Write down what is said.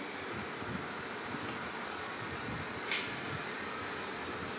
<S